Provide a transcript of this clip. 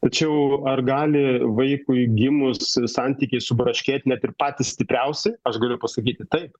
tačiau ar gali vaikui gimus santykiai subraškėti net ir patys stipriausi aš galiu pasakyti taip